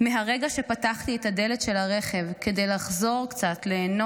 מהרגע שפתחתי את הדלת של הרכב כדי לחזור קצת ליהנות,